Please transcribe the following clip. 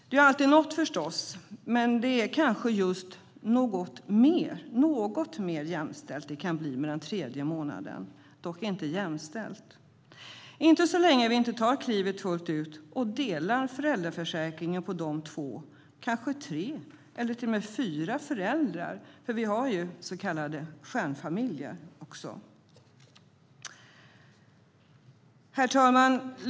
Det är alltid något förstås, men det är kanske just något mer jämställt med den tredje månaden, dock inte helt jämställt - inte så länge vi inte tar klivet fullt ut och delar upp föräldraförsäkringen på två, tre eller kanske till och med fyra föräldrar. Det finns ju också så kallade stjärnfamiljer. Herr talman!